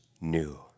new